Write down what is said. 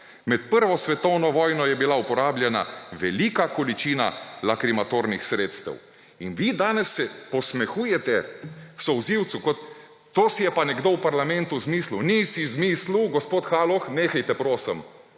Med prvo svetovno vojno je bila uporabljena velika količina lakrimatornih sredstev.« In vi se danes posmehujete solzivcu kot, to si je pa nekdo v parlamentu izmislil. Ni si izmislil, gospod Kaloh, nehajte, prosim.